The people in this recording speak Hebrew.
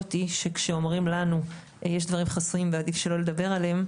היא שכשאומרים לנו שיש דברים חסויים ועדיף שלא לדבר עליהם,